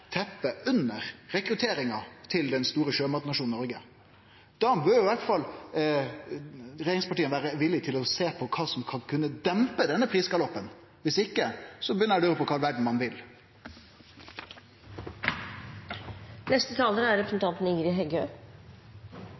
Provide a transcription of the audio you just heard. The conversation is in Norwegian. rekrutteringa til den store sjømatnasjonen Noreg, bør i alle fall regjeringspartia vere villige til å sjå på kva som kan dempe denne prisgaloppen. Viss ikkje begynner eg å lure på kva i all verda ein